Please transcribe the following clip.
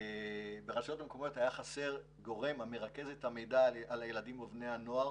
ברשויות המקומיות היה חסר גורם המרכז את המידע על הילדים ובני הנוער